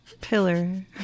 Pillar